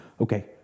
Okay